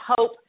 hope